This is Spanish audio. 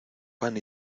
pan